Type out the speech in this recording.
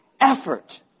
effort